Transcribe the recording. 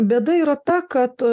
bėda yra ta kad